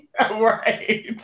right